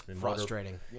Frustrating